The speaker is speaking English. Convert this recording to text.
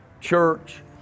church